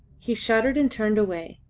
he shuddered and turned away.